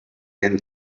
than